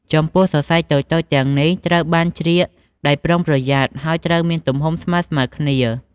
ចំពោះសរសៃតូចៗទាំងនេះត្រូវបានជ្រៀកដោយប្រុងប្រយ័ត្ន ហើយត្រូវមានទំហំស្មើៗគ្នា។